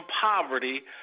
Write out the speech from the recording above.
poverty